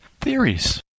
Theories